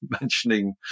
mentioning